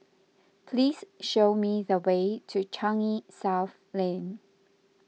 please show me the way to Changi South Lane